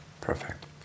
Perfect